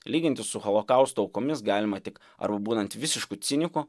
lygintis su holokausto aukomis galima tik arba būnant visišku ciniku